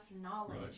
knowledge